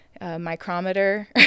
micrometer